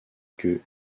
que